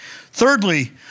Thirdly